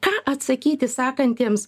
ką atsakyti sakantiems